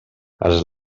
als